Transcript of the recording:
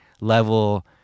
level